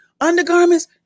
Undergarments